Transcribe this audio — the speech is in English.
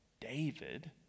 David